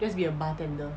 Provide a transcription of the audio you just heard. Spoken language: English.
just be a bartender